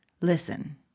Listen